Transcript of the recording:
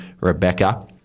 rebecca